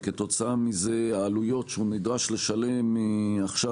וכתוצאה מזה העלויות שהוא נדרש לשלם עכשיו